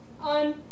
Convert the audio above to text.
on